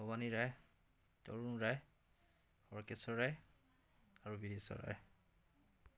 ভৱানী ৰায় তৰুন ৰায় খৰ্গেশ্ৱৰ ৰায় আৰু ৰায়